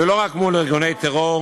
ולא רק מול ארגוני טרור,